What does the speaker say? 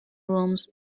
rooms